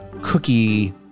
cookie